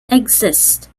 exist